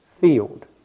field